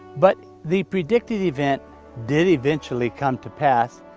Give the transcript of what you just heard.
but the predicted event did eventually come to pass,